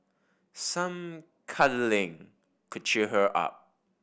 some cuddling could cheer her up